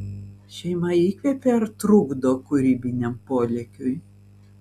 šeima įkvepia ar trukdo kūrybiniam polėkiui